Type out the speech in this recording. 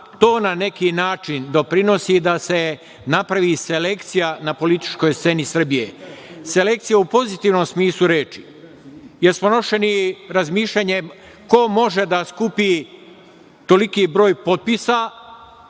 To na neki način doprinosi da se napravi selekcija na političkoj sceni Srbije, selekcija u pozitivnom smislu reči, jer smo nošeni razmišljanjem ko može da skupi toliki broj potpisa,